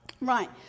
Right